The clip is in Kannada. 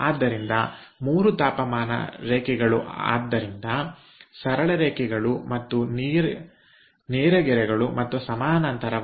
ಆದ್ದರಿಂದ 3 ತಾಪಮಾನ ರೇಖೆಗಳು ಆದ್ದರಿಂದ ಸರಳ ರೇಖೆಗಳು ಮತ್ತು ನೀರ ಗೆರೆಗಳು ಮತ್ತು ಸಮಾನಾಂತರವಾಗಿ